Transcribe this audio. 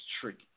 tricky